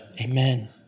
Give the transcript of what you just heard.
Amen